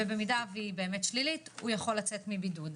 ואם היא שלילית הוא יכול לצאת מבידוד.